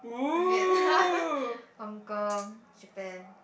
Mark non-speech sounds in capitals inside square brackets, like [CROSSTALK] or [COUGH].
[LAUGHS] hong-kong Japan